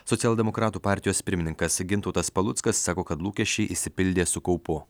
socialdemokratų partijos pirmininkas gintautas paluckas sako kad lūkesčiai išsipildė su kaupu